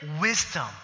wisdom